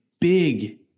big